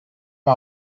amb